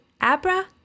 abra